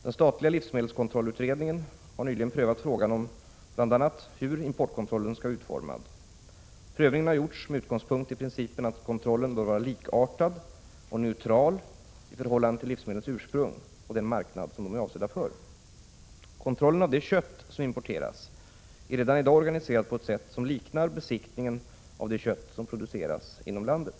Den statliga livsmedelskontrollutredningen har nyligen prövat frågan om hur bl.a. importkontrollen bör vara utformad. Prövningen har gjorts med utgångspunkt i principen att kontrollen bör vara likartad och neutral i förhållande till livsmedlens ursprung och den marknad de är avsedda för. Kontrollen av det kött som importeras är redan i dag organiserad på ett sätt som liknar besiktningen av det kött som produceras inom landet.